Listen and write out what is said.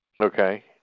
Okay